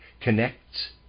connects